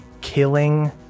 killing